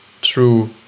true